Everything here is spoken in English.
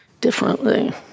differently